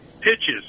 pitches